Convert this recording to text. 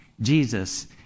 Jesus